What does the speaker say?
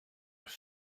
elle